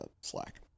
Slack